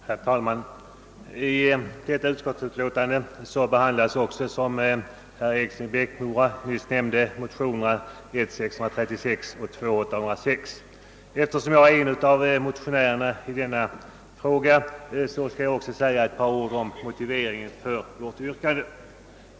Herr talman! I detta utskottsbetänkande behandlas också, som herr Eriksson i Bäckmora nämnde, motionerna I: 636 och II: 806, och som en av motionärerna i denna fråga ber jag att få säga ett par ord om motiveringen för vårt yrkande.